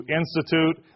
institute